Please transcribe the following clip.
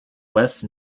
west